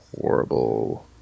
horrible